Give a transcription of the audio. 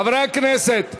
חברי הכנסת,